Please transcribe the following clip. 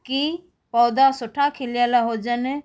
कि पौधा सुठा खिलयल हुजनि